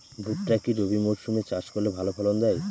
ভুট্টা কি রবি মরসুম এ চাষ করলে ভালো ফলন দেয়?